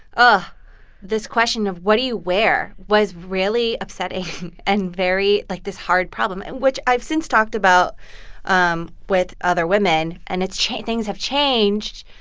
but this question of what do you wear was really upsetting and very, like, this hard problem and which i've since talked about um with other women, and it's changed. things have changed.